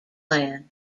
plan